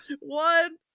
one